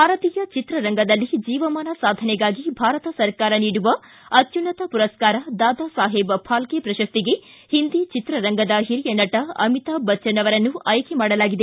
ಭಾರತೀಯ ಚಿತ್ರರಂಗದಲ್ಲಿ ಜೀವಮಾನ ಸಾಧನೆಗಾಗಿ ಭಾರತ ಸರಕಾರ ನೀಡುವ ಅತ್ಯುನ್ನತ ಪುರಸ್ಕಾರ ದಾದಾಸಾಹೇಬ್ ಫಾಲ್ಕೆ ಪ್ರಶಸ್ತಿಗೆ ಹಿಂದಿ ಚಿತ್ರರಂಗದ ಹಿರಿಯ ನಟ ಅಮಿತಾಬ್ ಬಚ್ಚನ್ ಅವರನ್ನು ಆಯ್ಕೆ ಮಾಡಲಾಗಿದೆ